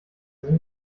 sind